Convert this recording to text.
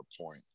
point